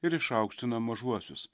ir išaukština mažuosius